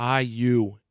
IU